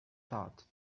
thought